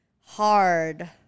hard